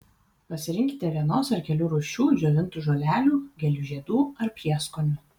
pasirinkite vienos ar kelių rūšių džiovintų žolelių gėlių žiedų ar prieskonių